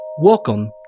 Welcome